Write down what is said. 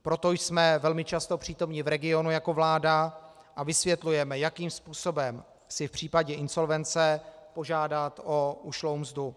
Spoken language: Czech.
Proto jsme velmi často přítomni v regionu jako vláda a vysvětlujeme, jakým způsobem si v případě insolvence požádat o ušlou mzdu.